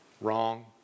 Wrong